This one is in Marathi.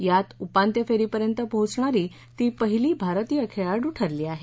यात उपान्त्य फेरीपर्यंत पोहोचणारी ती पहिली भारतीय खेळाडू ठरली आहे